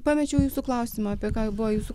pamečiau jūsų klausimą apie ką buvo jūsų